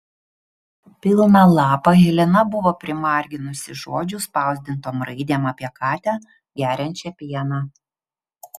pilną lapą helena buvo primarginusi žodžių spausdintom raidėm apie katę geriančią pieną